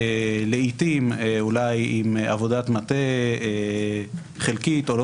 לעיתים אולי עם עבודת מטה חלית או לא